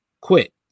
quit